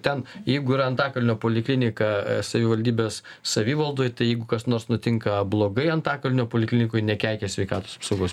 ten jeigu yra antakalnio poliklinika savivaldybės savivaldoje tai jeigu kas nors nutinka blogai antakalnio poliklinikoj nekeikia sveikatos apsaugos